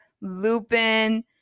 Lupin